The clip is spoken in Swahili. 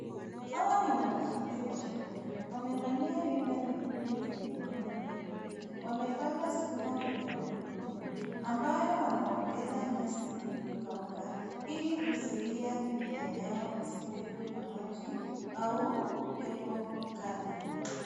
Hawa ni wanafunzi wa shule ,wamevalia rinda nyekundu lenye mikono mieupe. Wamepanda skuma kwenye magurudumu, ambayo wanaongeza nyasi iliyokauka, ili kuzuia mimea yao isibebwe na maji au upepo mkali .